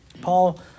Paul